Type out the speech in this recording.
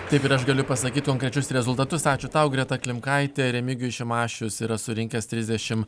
taip ir aš galiu pasakyti konkrečius rezultatus ačiū tau greta klimkaitė remigijus šimašius yra surinkęs trisdešimt